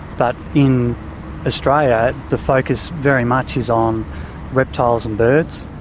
but in australia, the focus very much is on reptiles and birds,